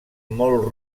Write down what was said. molt